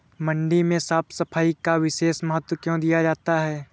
मंडी में साफ सफाई का विशेष महत्व क्यो दिया जाता है?